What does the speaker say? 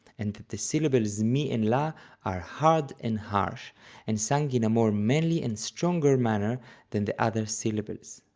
and that the syllables mi and la are hard and harsh and sung in a more manly and stronger manner than the other syllables.